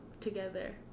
together